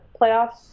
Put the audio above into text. playoffs